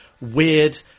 weird